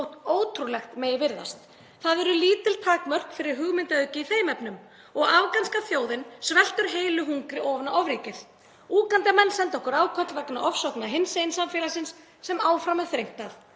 ótrúlegt megi virðast. Það eru lítil takmörk fyrir hugmyndaauðgi í þeim efnum. Og afganska þjóðin sveltur heilu hungri ofan á ofríkið. Úgandamenn senda okkur áköll vegna ofsókna gagnvart hinsegin samfélaginu sem áfram er þrengt að.